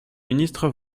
ministre